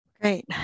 Great